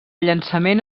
llançament